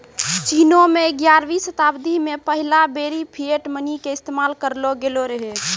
चीनो मे ग्यारहवीं शताब्दी मे पहिला बेरी फिएट मनी के इस्तेमाल करलो गेलो रहै